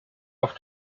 auf